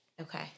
Okay